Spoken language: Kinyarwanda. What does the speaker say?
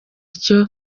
icyo